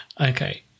Okay